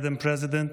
Madam President,